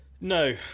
No